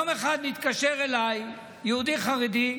יום אחד מתקשר אליי יהודי חרדי,